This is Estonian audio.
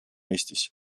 eestis